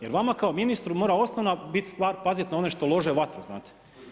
Jer vama kao ministru mora osnovna biti stvar paziti na one što lože vatru, znate.